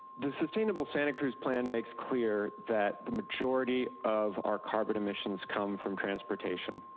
the sustainable santa cruz plan makes clear that the majority of our carbon emissions come from transportation,